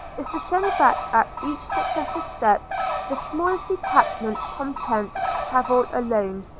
is to send back at each successive step the smallest detachment competent to travel alone,